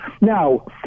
Now